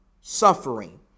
suffering